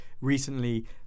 Recently